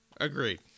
Agreed